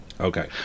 Okay